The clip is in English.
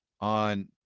on